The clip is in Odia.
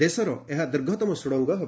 ଦେଶର ଏହା ଦୀର୍ଘତମ ସ୍ତଡ଼ଙ୍ଗ ହେବ